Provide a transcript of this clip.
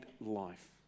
life